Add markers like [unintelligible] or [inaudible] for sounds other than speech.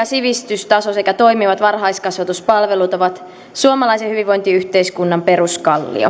[unintelligible] sivistystaso sekä toimivat varhaiskasvatuspalvelut ovat suomalaisen hyvinvointiyhteiskunnan peruskallio [unintelligible]